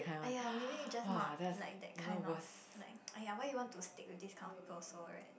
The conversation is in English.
!aiya! maybe just not like that kind of like !aiya! why you want to stick with this kind of people also right